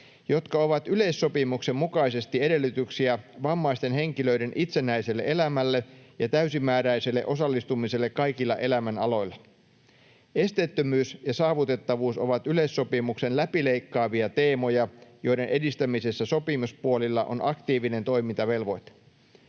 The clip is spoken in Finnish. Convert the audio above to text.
jotka ovat yleissopimuksen mukaisesti edellytyksiä vammaisten henkilöiden itsenäiselle elämälle ja täysimääräiselle osallistumiselle kaikilla elämänaloilla. Esteettömyys ja saavutettavuus ovat yleissopimuksen läpileikkaavia teemoja, joiden edistämisessä sopimuspuolilla on aktiivinen toimintavelvoite.